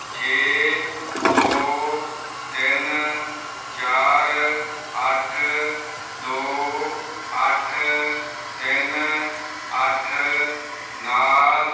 ਛੇ ਦੋ ਤਿੰਨ ਚਾਰ ਅੱਠ ਦੋ ਅੱਠ ਤਿੰਨ ਅੱਠ ਨਾਲ